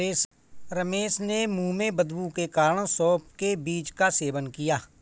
रमेश ने मुंह में बदबू के कारण सौफ के बीज का सेवन किया